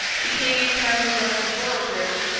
the king encountered them at boroughbridge,